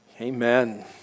Amen